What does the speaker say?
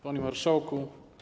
Panie Marszałku!